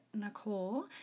nicole